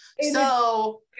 So-